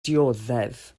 dioddef